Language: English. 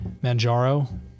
Manjaro